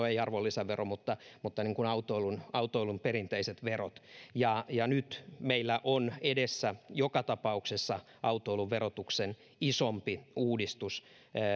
ei arvonlisävero mutta mutta autoilun autoilun perinteiset verot ja ja nyt meillä on edessä joka tapauksessa autoiluverotuksen isompi uudistus